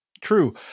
True